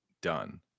done